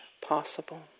possible